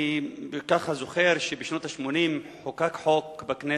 אני זוכר שבשנות ה-80 חוקק חוק בכנסת,